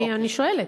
אני שואלת,